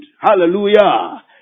hallelujah